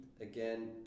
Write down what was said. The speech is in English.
again